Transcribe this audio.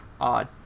odd